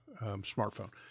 smartphone